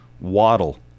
waddle